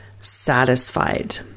satisfied